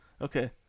Okay